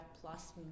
plus